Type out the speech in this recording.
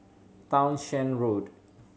Townshend Road